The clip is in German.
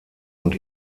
und